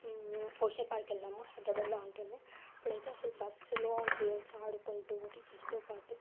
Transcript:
ocean Park వెళ్ళాము హైదరాబాద్లో ఉంటుంది అప్పుడైతే అసలు బస్సులో గేమ్స్ ఆడుకుంటూ టీచర్స్తో పాటు